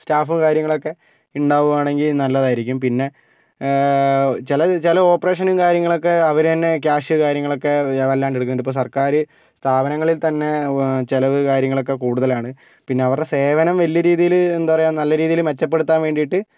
സ്റ്റാഫും കാര്യങ്ങളുമൊക്കെ ഉണ്ടാകുവാണെങ്കിൽ നല്ലതായിരിക്കും പിന്നെ ചില ചില ഓപ്പറേഷനും കാര്യങ്ങളുമൊക്കെ അവര് തന്നെ ക്യാഷും കാര്യങ്ങളുമൊക്കെ വല്ലാണ്ട് എടുക്കുന്നുണ്ട് ഇപ്പോൾ സർക്കാര് സ്ഥാപനങ്ങളില് തന്നെ ചിലവ് കാര്യങ്ങളുമൊക്കെ കൂടുതലാണ് പിന്നെ അവരുടെ സേവനം വലിയ രീതിയില് എന്താ പറയുക നല്ല രീതിയില് മെച്ചപ്പെടുത്താൻ വേണ്ടിയിട്ട്